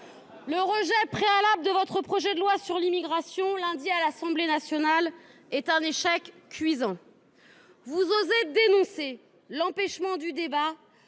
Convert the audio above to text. de rejet préalable déposée sur votre projet de loi Immigration, lundi dernier à l’Assemblée nationale, est un échec cuisant. Vous osez dénoncer l’empêchement du débat,